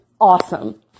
awesome